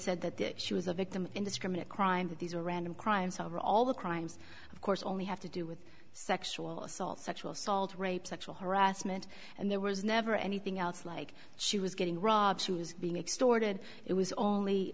said that she was a victim indiscriminate crime that these are random crimes are all the crimes of course only have to do with sexual assault sexual assault rape sexual harassment and there was never anything else like she was getting rob being extorted it was only